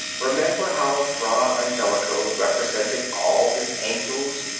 remember how fra angelico represented all his angels,